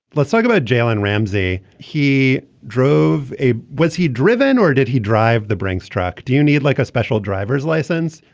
let's talk about jalen ramsey. he drove a. was he driven or did he drive the brinks track do you need like a special driver's license.